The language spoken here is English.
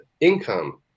income